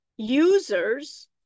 Users